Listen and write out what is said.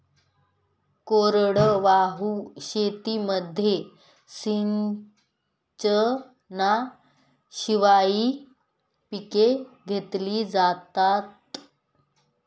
कोरडवाहू शेतीमध्ये सिंचनाशिवाय पिके घेतली जातात